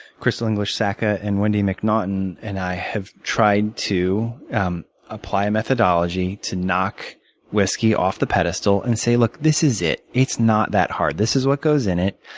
crystal english sacca and wendy mcnaughton and i have tried to um apply methodology to knock whiskey off the pedestal and say this is it. it's not that hard. this is what goes in it.